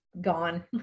gone